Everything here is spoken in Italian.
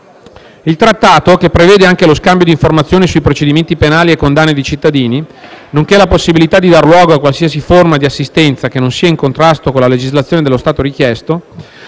Il Trattato, che prevede anche lo scambio di informazioni su procedimenti penali e condanne di cittadini, nonché la possibilità di dar luogo a qualsiasi forma di assistenza che non sia in contrasto con la legislazione dello Stato richiesto,